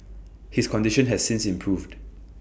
his condition has since improved